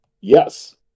Yes